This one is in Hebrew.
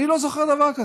אני לא זוכר דבר כזה.